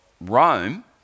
Rome